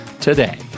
today